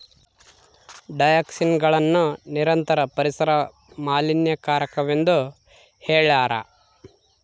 ಡಯಾಕ್ಸಿನ್ಗಳನ್ನು ನಿರಂತರ ಪರಿಸರ ಮಾಲಿನ್ಯಕಾರಕವೆಂದು ಹೇಳ್ಯಾರ